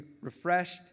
refreshed